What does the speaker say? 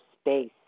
space